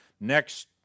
Next